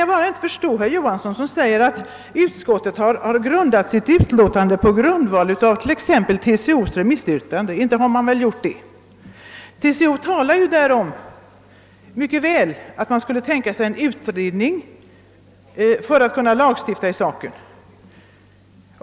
Jag kan inte förstå herr Johansson när han säger att utskottets utlåtande är grundat på t.ex. TCO:s remissyttrande. Inte är det väl så! TCO talar om att man skulle kunna tänka sig en utredning för att lagstifta i frågan.